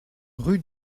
rue